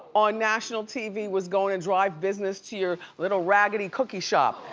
on national tv was going to drive business to your little raggedy cookie shop.